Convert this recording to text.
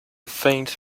faint